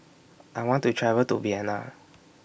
I want to travel to Vienna